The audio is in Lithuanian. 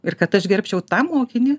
ir kad aš gerbčiau tą mokinį